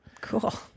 cool